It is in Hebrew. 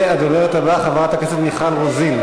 הדוברת הבאה, חברת הכנסת מיכל רוזין,